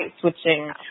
switching